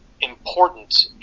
important